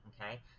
Okay